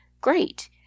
great